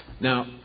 Now